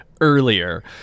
Earlier